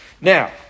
Now